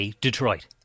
Detroit